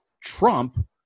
Trump